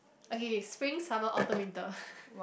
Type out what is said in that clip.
okay K spring autumn summer winter